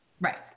Right